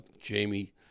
Jamie